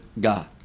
god